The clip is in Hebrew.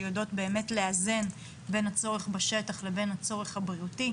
שיודעות לאזן בין הצורך בשטח לבין הצורך הבריאותי,